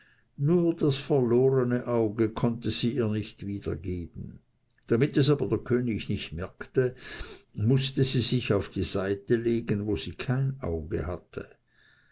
nur das verlorene auge konnte sie ihr nicht wiedergeben damit es aber der könig nicht merkte mußte sie sich auf die seite legen wo sie kein auge hatte